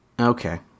Okay